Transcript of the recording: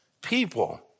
people